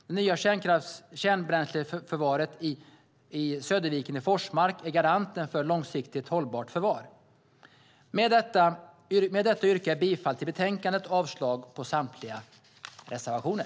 Det nya kärnbränsleförvaret i Söderviken i Forsmark är garanten för ett långsiktigt hållbart förvar. Med detta yrkar jag bifall till förslaget i betänkandet och avslag på samtliga reservationer.